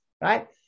right